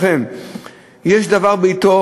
יש דבר בעתו,